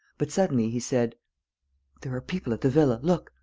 but, suddenly, he said there are people at the villa. look.